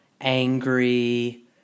angry